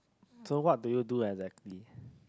so what do you do exactly